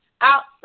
outside